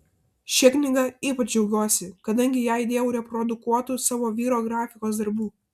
šia knyga ypač džiaugiuosi kadangi į ją įdėjau reprodukuotų savo vyro grafikos darbų